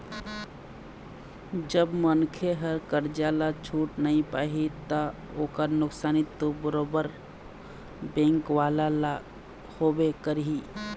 जब मनखे ह करजा ल छूट नइ पाही ता ओखर नुकसानी तो बरोबर बेंक वाले ल होबे करही